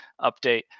update